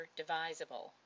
divisible